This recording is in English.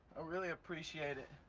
ah really appreciate it.